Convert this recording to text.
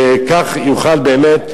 שכך יוכל באמת,